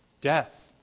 death